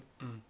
mm